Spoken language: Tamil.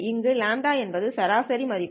இங்கு λ என்பது சராசரி மதிப்பு